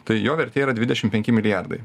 tai jo vertė yra dvidešim penki milijardai